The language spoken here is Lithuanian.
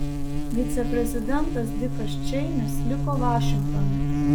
viceprezidentas dikas čeinis liko vašingtone